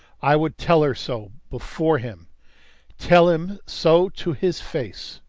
i would tell her so before him tell him so to his face.